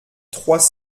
trois